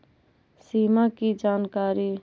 सिमा कि जानकारी?